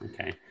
Okay